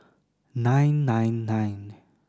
nine nine nine